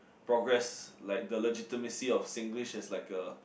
progress like the legitimacy of Singlish is like a